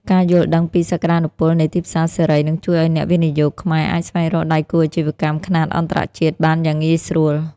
ការយល់ដឹងពីសក្ដានុពលនៃទីផ្សារសេរី នឹងជួយឱ្យអ្នកវិនិយោគខ្មែរអាចស្វែងរកដៃគូអាជីវកម្មខ្នាតអន្តរជាតិបានយ៉ាងងាយស្រួល។